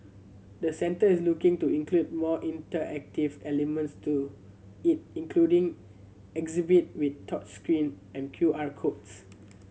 the centre is looking to include more interactive elements to it including exhibit with touch screen and Q R codes